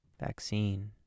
vaccine